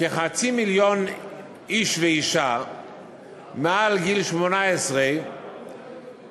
כחצי מיליון איש ואישה מעל גיל 18 הצביעו